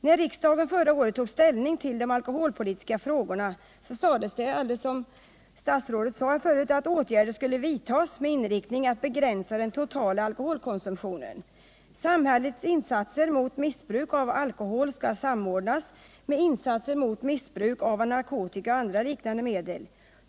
När riksdagen förra året tog ställning till de alkoholpolitiska frågorna sades det i det alkoholpolitiska program som då antogs — statsrådet påpekade också detta i sitt svar nyss — att åtgärder skulle vidtas med inriktning att begränsa den totala alkoholkonsumtionen och att samhällets insatser mot missbruk av alkohol skulle samordnas med insatser mot missbruk av narkotika och andra liknande medel.